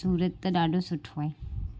सूरत त ॾाढो सुठो आहे